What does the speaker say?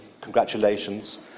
congratulations